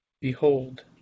Behold